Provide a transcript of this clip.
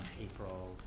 April